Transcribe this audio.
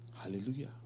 hallelujah